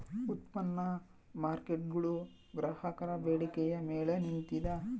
ಉತ್ಪನ್ನ ಮಾರ್ಕೇಟ್ಗುಳು ಗ್ರಾಹಕರ ಬೇಡಿಕೆಯ ಮೇಲೆ ನಿಂತಿದ